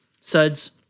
Suds